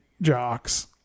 jocks